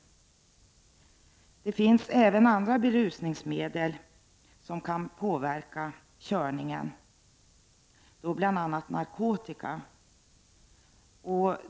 Det finns även andra berusningsmedel som kan påverka körningen, bl.a. narkotika.